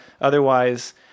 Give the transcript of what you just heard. Otherwise